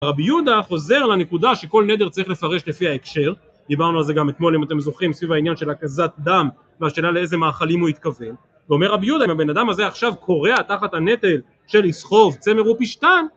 רבי יהודה חוזר לנקודה שכל נדר צריך לפרש לפי ההקשר, דיברנו על זה גם אתמול אם אתם זוכרים, סביב העניין של הקזת דם, והשאלה לאיזה מאכלים הוא התכוון, ואומר רבי יהודה, אם הבן אדם הזה עכשיו קורע תחת הנטל של לסחוב צמר ופשתן